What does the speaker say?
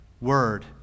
word